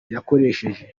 yakoresheje